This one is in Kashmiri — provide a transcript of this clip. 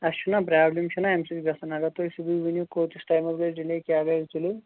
اَسہِ چھُنا پرٛابلِم چھِنا اَمہِ سۭتۍ گَژھان اگر تُہۍ سیٚودُے ؤنِو کۭتِس ٹایمَس گَژھِ ڈِلیے کیٛاہ گَژھِ ڈِلیے